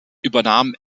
übernahm